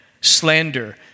slander